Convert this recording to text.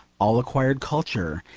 all acquired culture,